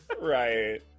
Right